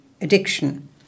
addiction